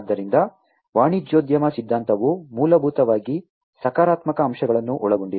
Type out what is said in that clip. ಆದ್ದರಿಂದ ವಾಣಿಜ್ಯೋದ್ಯಮ ಸಿದ್ಧಾಂತವು ಮೂಲಭೂತವಾಗಿ ಸಕಾರಾತ್ಮಕ ಅಂಶಗಳನ್ನು ಒಳಗೊಂಡಿದೆ